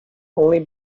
only